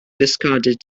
discarded